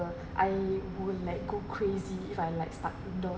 I would like go crazy if I like stuck indoor